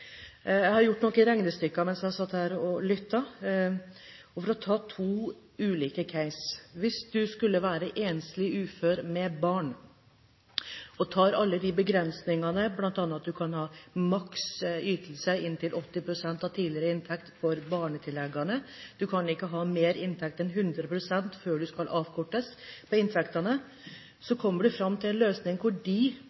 Jeg har gjort noen regnestykker mens jeg satt her og lyttet, og for å ta to ulike case: Hvis man skulle være enslig ufør med barn og tar alle begrensningene, bl.a. at man kan ha maks ytelse inntil 80 pst. av tidligere inntekt for barnetilleggene, man kan ikke ha høyere inntekt enn 100 pst. før inntekten skal avkortes,